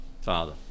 Father